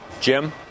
jim